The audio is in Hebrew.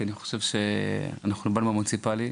כי אני חושב שאנחנו באנו מהמוניציפלי,